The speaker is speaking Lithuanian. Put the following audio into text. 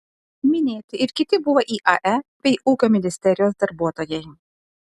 minėti ir kiti buvę iae bei ūkio ministerijos darbuotojai